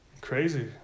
Crazy